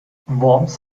worms